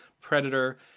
Predator